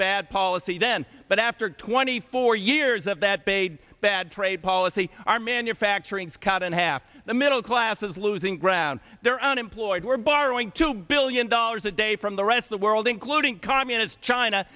bad policy then but after twenty four years of that paid bad trade policy our manufacturing scott and half the middle class is losing ground they're unemployed we're borrowing two billion dollars a day from the rest the world including communist china